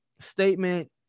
statement